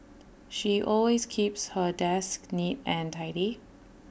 she always keeps her desk neat and tidy